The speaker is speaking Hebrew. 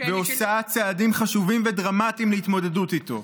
ועושה צעדים חשובים ודרמטיים להתמודדות איתו.